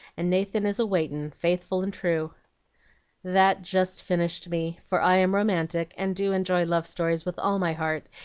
and nathan is a waitin', faithful and true that just finished me, for i am romantic, and do enjoy love stories with all my heart,